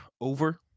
over